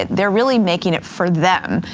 they're really making it for them.